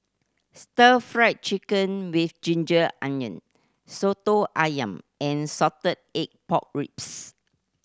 Stir Fried Chicken with ginger onion Soto Ayam and salted egg pork ribs